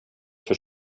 för